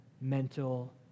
mental